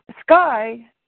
sky